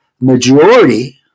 majority